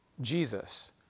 Jesus